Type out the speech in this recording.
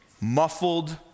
muffled